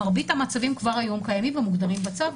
מרבית המצבים כבר היום קיימים ומוגדרים בצו,